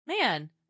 man